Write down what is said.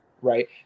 right